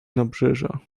nabrzeża